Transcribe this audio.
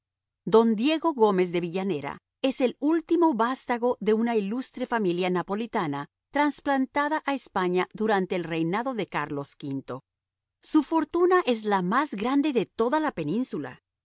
don diego gómez de villanera es el último vástago de una ilustre familia napolitana transplantada a españa durante el reinado de carlos v su fortuna es la más grande de toda la península